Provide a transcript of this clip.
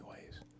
ways